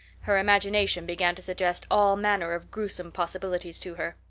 her imagination began to suggest all manner of gruesome possibilities to her.